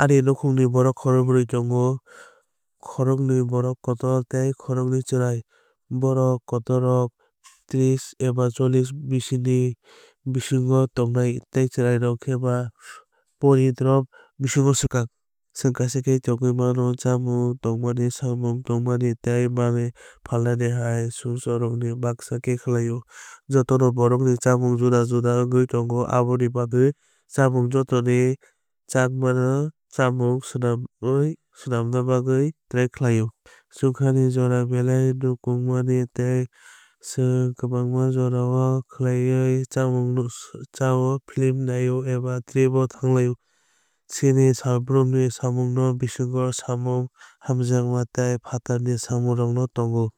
Ani nukhungni borok khorokbrwi tongo khoroknwi borok kotor tei khoroknwi chwrai. Borok kotorrok tris eba cholis bisini bisingo tongnai tei chwrairok khi ba poridrop bisino swkang. Chwng kaisa khe tongwi mano chamung thwngmani samung tangmani tei manwi phalmani hai samungrokno baksa khe khlaio. Jotono borok ni chamung juda juda wngwi tongo aboni bagwi chwng jotono chajakma chamung swnamna bagwui try khlaio. Chungkharni jora belai nangkukmani tei chwng kwbangma jorao khlaiwui chamung chao film naio eba trip o thanglaio. Chini salbrumni samungno bisingo samung hamjakma tei phatarni samungrok tongo.